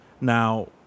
now